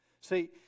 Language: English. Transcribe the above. See